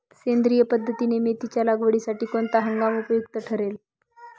सेंद्रिय पद्धतीने मेथीच्या लागवडीसाठी कोणता हंगाम उपयुक्त ठरेल?